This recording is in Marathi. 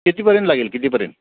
कितीपर्यंत लागेल कितीपर्यंत